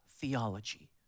theology